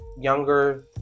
Younger